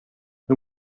hur